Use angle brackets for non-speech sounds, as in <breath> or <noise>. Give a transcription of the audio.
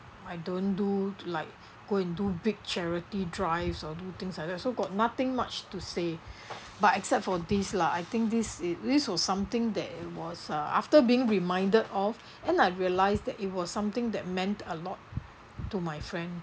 I don't do like go and do big charity drives or do things like that so got nothing much to say <breath> but except for this lah I think this i~ this was something that was uh after being reminded of and I realise that it was something that meant a lot to my friend